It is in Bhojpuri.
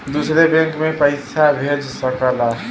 दूसर बैंक मे पइसा भेज सकला